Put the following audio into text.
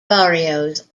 barrios